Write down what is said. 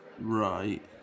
Right